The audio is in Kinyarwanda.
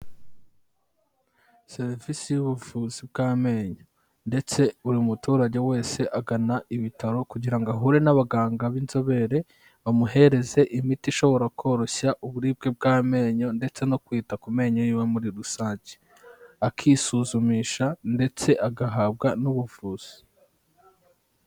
Serivisi y'ubuvuzi bw'amenyo ndetse buri muturage wese agana ibitaro kugira ngo ahure n'abaganga b'inzobere, bamuhereze imiti ishobora koroshya uburibwe bw'amenyo ndetse no kwita ku menyo y'iwe muri rusange. Akisuzumisha ndetse agahabwa n'ubuvuzi.